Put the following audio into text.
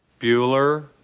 Bueller